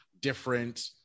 different